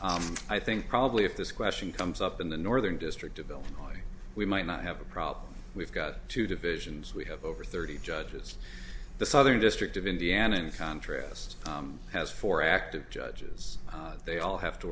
question i think probably if this question comes up in the northern district of illinois we might not have a problem we've got two divisions we have over thirty judges the southern district of indiana in contrast has four active judges they all have to